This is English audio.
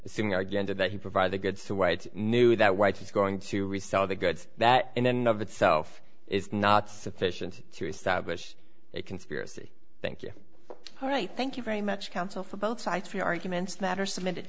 assuming arguendo that he provide the goods to white knew that white is going to resell the goods that and then of itself is not sufficient to establish a conspiracy thank you all right thank you very much counsel for both sides for your arguments that are submitted